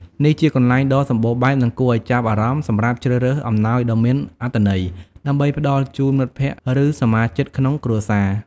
នេះជាកន្លែងដ៏សម្បូរបែប និងគួរឱ្យចាប់អារម្មណ៍ សម្រាប់ជ្រើសរើសអំណោយដ៏មានអត្ថន័យ ដើម្បីផ្ដល់ជូនមិត្តភក្តិ ឬសមាជិកក្នុងគ្រួសារ។